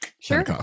Sure